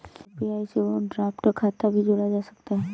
UPI से overdraft खाता भी जोड़ा जा सकता है